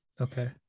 Okay